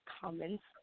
Comments